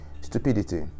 stupidity